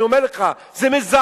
אני אומר לך: זה מזעזע.